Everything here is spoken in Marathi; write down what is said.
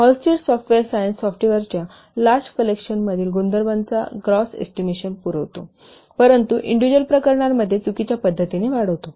हॉलस्टिड सॉफ्टवेयर सायन्स सॉफ्टवेअरच्या लार्ज कलेक्शनतील गुणधर्मांचा ग्रोस एस्टिमेशन पुरवतो परंतु इंडिज्युअल प्रकरणांमध्ये चुकीच्या पद्धतीने वाढवितो